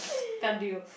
can't do